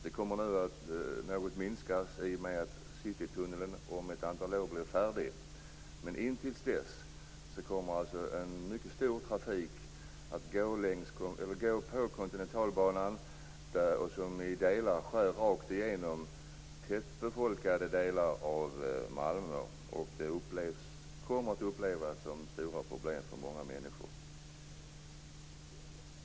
Den kommer att minskas något när Citytunneln blir färdig om ett antal år. Men tills dess kommer en mycket stor trafik att gå på Kontinentalbanan. Vissa delar av den skär rakt igenom tätbefolkade delar av Malmö. Detta kommer att upplevas som ett stort problem av många människor.